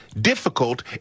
difficult